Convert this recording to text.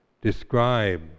Describe